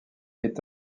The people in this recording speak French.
est